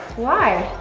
why?